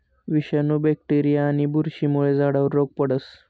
विषाणू, बॅक्टेरीया आणि बुरशीमुळे झाडावर रोग पडस